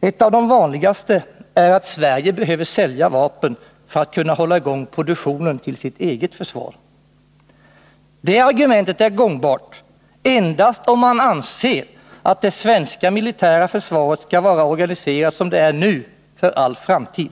Ett av de vanligaste argumenten är att Sverige behöver sälja vapen för att kunna hålla i gång produktionen till sitt eget försvar. Det argumentet är gångbart endast om man anser att det svenska militära försvaret skall vara organiserat som det nu är för all framtid.